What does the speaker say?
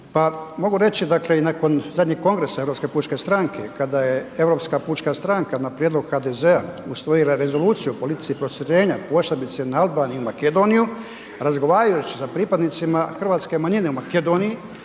mogu reći i nakon zadnjeg kongresa Europske pučke stranke kada je Europska pučka stranka na prijedlog HDZ-a usvojila Rezoluciju o politici proširenja posebice na Albaniju i Makedoniju razgovarajući sa pripadnicima hrvatske manjine u Makedoniji